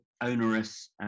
onerous